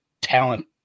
talent